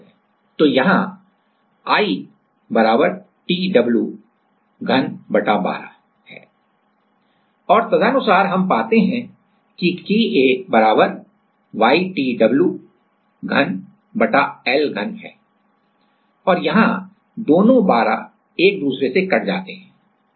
तो यहाँ I t W घन बटा 12 और तदनुसार हम पाते हैं कि KA बराबर YTW घन बटा L घन है और यहां दोनों 12 एक दूसरे से कट जाते हैं